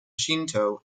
shinto